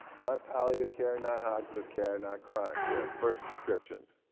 not palliative care, not hospice care, and not chronic care, first prescriptions